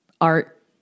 art